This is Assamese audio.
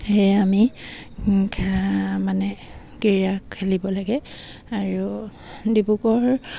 সেয়ে আমি মানে ক্ৰীড় খেলিব লাগে আৰু ডিব্ৰুগড়